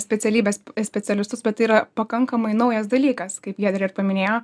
specialybės specialistus bet tai yra pakankamai naujas dalykas kaip giedrė ir paminėjo